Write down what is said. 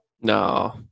No